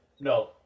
No